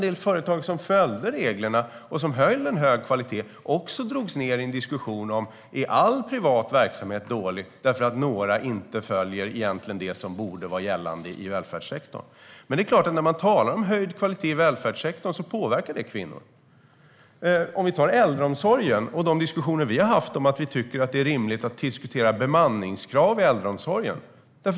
De som följde reglerna och hade en hög kvalitet drogs också ned i en diskussion om ifall all privat verksamhet är dålig därför att några inte följer det som borde vara gällande. Men det är klart att när man talar om höjd kvalitet i välfärdssektorn påverkar det kvinnor. Vi har fört diskussioner om att vi tycker att det är rimligt att diskutera bemanningskrav i äldreomsorgen.